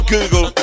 Google